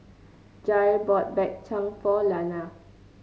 Jair bought Bak Chang for Launa